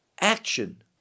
action